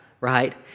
right